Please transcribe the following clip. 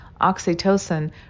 oxytocin